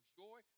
joy